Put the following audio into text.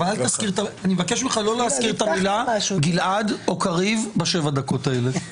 אני מבקש ממך לא להזכיר את המילה גלעד או קריב בשבע הדקות האלה.